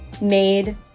made